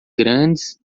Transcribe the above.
grandes